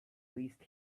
least